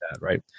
Right